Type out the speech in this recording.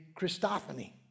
Christophany